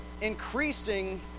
increasing